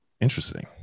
interesting